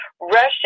Russia